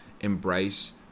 embrace